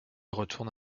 retourne